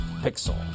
Pixel